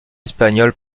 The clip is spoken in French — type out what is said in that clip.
espagnole